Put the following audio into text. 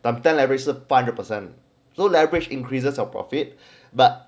time ten leverage 是 five hundred percent so leverage increases your profit but